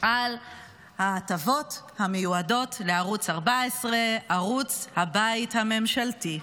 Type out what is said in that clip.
על ההטבות מיועדות לערוץ 14, ערוץ הבית הממשלתי.